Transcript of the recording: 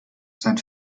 sein